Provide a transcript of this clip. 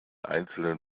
einzelnen